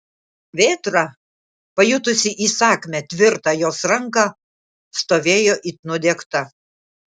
vėtra pajutusi įsakmią tvirtą jos ranką stovėjo it nudiegta